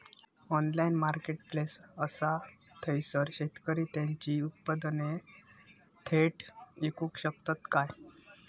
Online marketplace असा थयसर शेतकरी त्यांची उत्पादने थेट इकू शकतत काय?